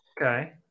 Okay